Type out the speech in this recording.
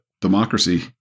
democracy